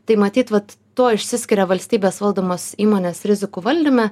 tai matyt vat tuo išsiskiria valstybės valdomos įmonės rizikų valdyme